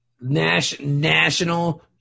National